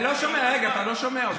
רגע, אני לא שומע.